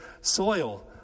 soil